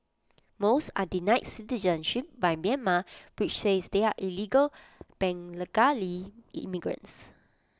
most are denied citizenship by Myanmar which says they are illegal Bengali immigrants